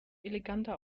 eleganter